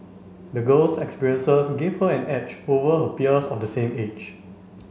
the girl's experiences give her an edge over her peers of the same age